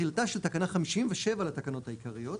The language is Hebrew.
תחילתה של תקנה 57 לתקנות העיקריות,